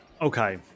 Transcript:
Okay